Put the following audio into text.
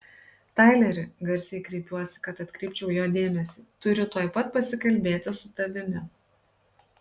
taileri garsiai kreipiuosi kad atkreipčiau jo dėmesį turiu tuoj pat pasikalbėti su tavimi